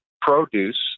produce